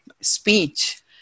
speech